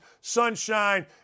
Sunshine